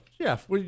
Jeff